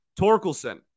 Torkelson